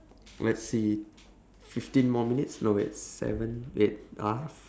let's see fifteen more minutes no wait seven eight ah f~